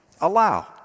Allow